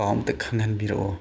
ꯄꯥꯎ ꯑꯝꯇ ꯈꯪꯍꯟꯕꯤꯔꯛꯑꯣ